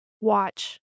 watch